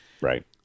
Right